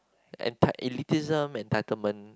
anti elitism entitlement